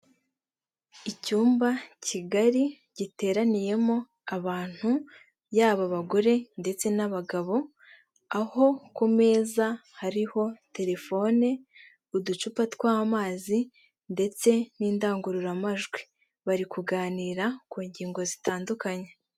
Icyumba kigari giteraniyemo abantu, yaba abagore ndetse n'abagabo, aho ku meza hariho telefone, uducupa tw'amazi ndetse n'indangururamajwi, bari kuganira ku ngingo zitandukanye.